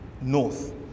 North